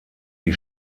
die